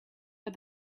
but